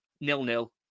nil-nil